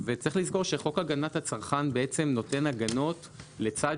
צריך לזכור שחוק הגנת הצרכן נותן הגנות לצד